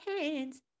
hands